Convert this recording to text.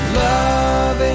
love